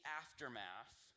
aftermath